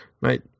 mate